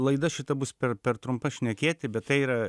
laida šita bus per per trumpa šnekėti bet tai yra